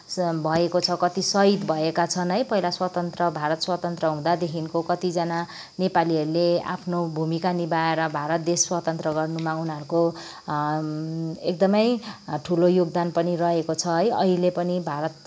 भएको छ कति सहिद भएका छन् है पहिला स्वतन्त्र भारत स्वतन्त्र हुँदादेखिको कतिजना नेपालीहरूले आफ्नो भूमिका निभाएर भारत देश स्वतन्त्र गर्नुमा उनीहरूको एकदमै ठुलो योगदान पनि रहेको छ है अहिले पनि भारत